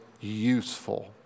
useful